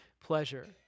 pleasure